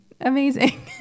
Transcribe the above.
Amazing